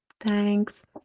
Thanks